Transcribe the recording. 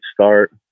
start